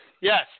Yes